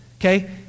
okay